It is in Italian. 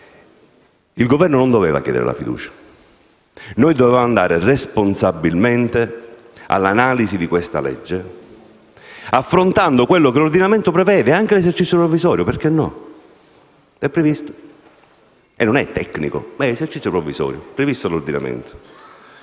Il Governo non doveva chiedere la fiducia; dovevamo andare responsabilmente all'esame di questo disegno di legge, affrontando quello che l'ordinamento prevede, anche l'esercizio provvisorio, perché no? È previsto: non un Governo tecnico, un esercizio provvisorio. È previsto dall'ordinamento.